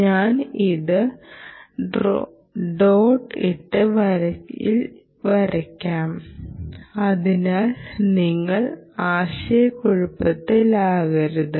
ഞാൻ അത് ഡോട്ട് ഇട്ട വരിയിൽ വരയ്ക്കും അതിനാൽ നിങ്ങൾ ആശയക്കുഴപ്പത്തിലാകരുത്